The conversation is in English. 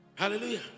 Hallelujah